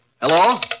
Hello